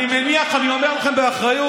אני מניח שאני אומר לכם באחריות: